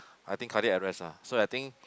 I think cardiac arrest ah so I think